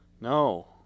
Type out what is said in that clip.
No